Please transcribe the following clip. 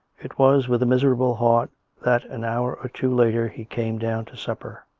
it was with a miserable heart that an hour or two later he came down to supper.